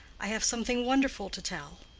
i have something wonderful to tell.